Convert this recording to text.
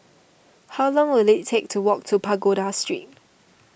how long will it take to walk to Pagoda Street